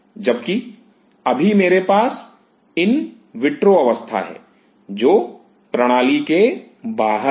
जबकि अभी मेरे पास इन विट्रो अवस्था है जो प्रणाली के बाहर है